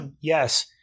Yes